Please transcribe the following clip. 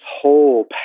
whole